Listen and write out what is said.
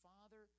Father